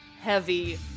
heavy